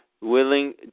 willing